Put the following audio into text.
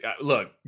Look